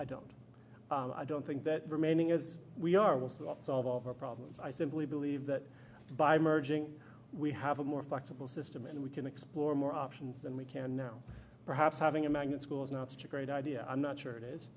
i don't i don't think that remaining as we are will solve all of our problems i simply believe that by merging we have a more flexible system and we can explore more options than we can now perhaps having a magnet school is not such a great idea i'm not sure it is